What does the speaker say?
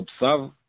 observe